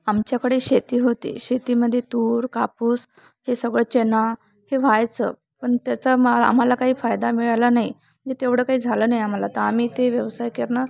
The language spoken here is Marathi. आमच्याकडे शेती होते शेतीमध्ये तूर कापूस हे सगळं चणा हे व्हायचं पण त्याचा मा आम्हाला काही फायदा मिळाला नाही म्हणजे तेवढं काही झालं नाही आम्हाला तर आम्ही ते व्यवसाय करणं